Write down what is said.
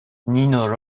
nino